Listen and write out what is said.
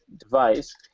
device